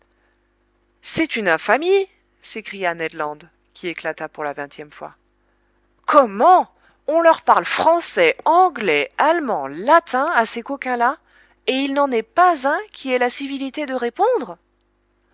c'est une infamie s'écria ned land qui éclata pour la vingtième fois comment on leur parle français anglais allemand latin à ces coquins-là et il n'en est pas un qui ait la civilité de répondre